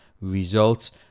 results